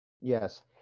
Yes